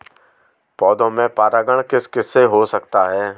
पौधों में परागण किस किससे हो सकता है?